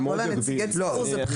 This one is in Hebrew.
כל נציגי הציבור זה בחירת השר.